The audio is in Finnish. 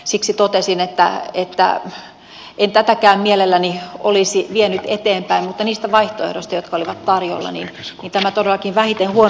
siksi totesin että en tätäkään mielelläni olisi vienyt eteenpäin mutta niistä vaihtoehdoista jotka olivat tarjolla tämä todellakin on vähiten huono